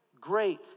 Great